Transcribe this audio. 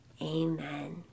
amen